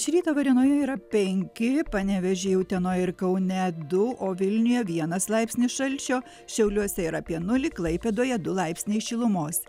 šį rytą varėnoje yra penki panevėžy utenoj ir kaune du o vilniuje vienas laipsnis šalčio šiauliuose yra apie nulį klaipėdoje du laipsniai šilumos